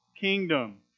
kingdom